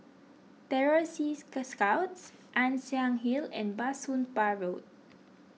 Terror Sea Scouts Ann Siang Hill and Bah Soon Pah Road